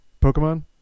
Pokemon